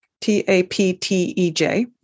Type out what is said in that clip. T-A-P-T-E-J